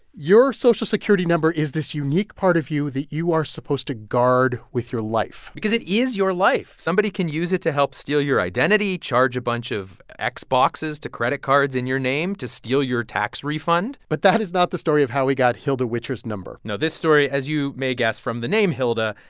your social security number is this unique part of you that you are supposed to guard with your life because it is your life. somebody can use it to help steal your identity, charge a bunch of xboxes to credit cards in your name, to steal your tax refund but that is not the story of how we got hilda whitcher's number no, this story, as you may guess from the name hilda,